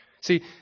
See